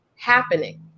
happening